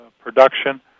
production